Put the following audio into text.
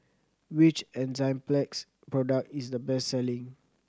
which Enzyplex product is the best selling